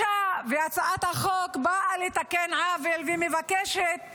הצעת החוק באה לתקן עוול ומבקשת